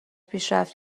پیشرفت